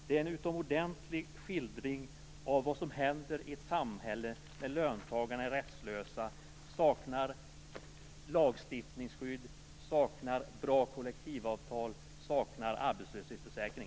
Det är en utomordentlig skildring av vad som händer i ett samhälle där löntagarna är rättslösa, saknar lagstiftningsskydd, saknar bra kollektivavtal och saknar arbetslöshetsförsäkring.